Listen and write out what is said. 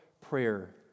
prayer